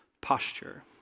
posture